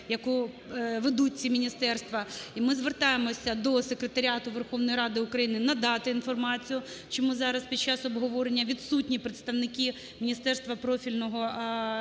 яку ведуть ці міністерства. І ми звертаємося до секретаріату Верховної Ради України надати інформацію, чому зараз під час обговорення відсутні представники Міністерства профільного з питань